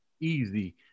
easy